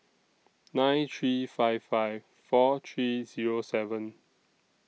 nine three five five four three Zero seven